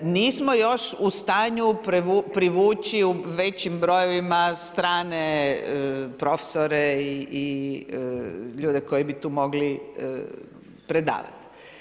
Nismo još u stanju privući u većim brojevima strane profesore i ljude koji bi tu mogli predavati.